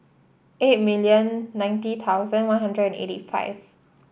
eight million ninety thousand One Hundred and eighty five